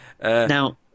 Now